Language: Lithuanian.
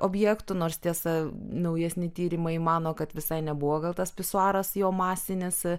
objektų nors tiesa naujesni tyrimai mano kad visai nebuvo gal tas pisuaras jo masinis